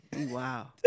Wow